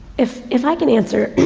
if, if i can answer,